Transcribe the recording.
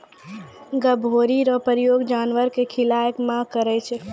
गभोरी रो प्रयोग जानवर के खिलाय मे करै छै